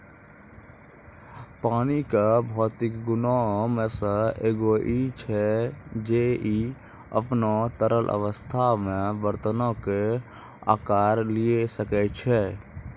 पानी के भौतिक गुणो मे से एगो इ छै जे इ अपनो तरल अवस्था मे बरतनो के अकार लिये सकै छै